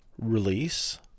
release